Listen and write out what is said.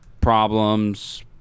problems